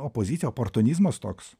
opozicija oportunizmas toks